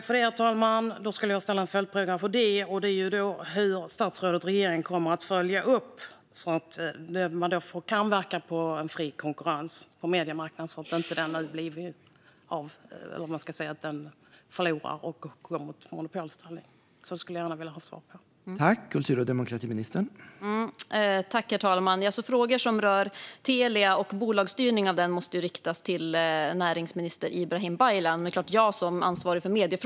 Herr talman! Jag skulle vilja ställa en följdfråga. Hur kommer statsrådet och regeringen att följa upp detta och verka för fri konkurrens på mediemarknaden, så att det inte blir en monopolställning? Den frågan skulle jag gärna vilja ha svar på.